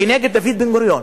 נגד דוד בן-גוריון,